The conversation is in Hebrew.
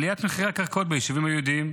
עליית מחירי הקרקעות ביישובים היהודיים,